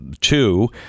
two